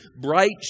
bright